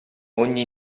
ogni